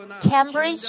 Cambridge